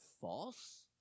false